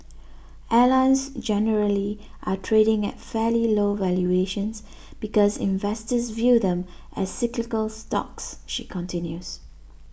airlines generally are trading at fairly low valuations because investors view them as cyclical stocks she continues